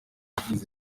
kigeze